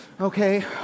Okay